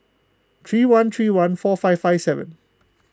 three one three one four five five seven